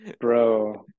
Bro